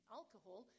alcohol